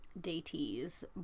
deities